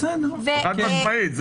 חד משמעית.